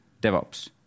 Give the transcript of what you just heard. DevOps